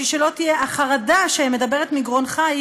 החרדה שמדברת מגרונך,